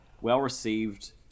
well-received